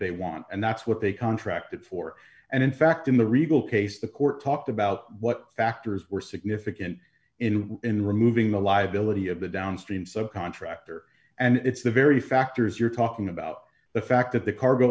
they want and that's what they contracted for and in fact in the reagle case the court talked about what factors were significant in in removing the liability of the downstream subcontractor and it's the very factors you're talking about the fact that the cargo